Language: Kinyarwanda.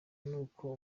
n’uko